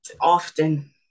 often